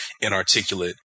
inarticulate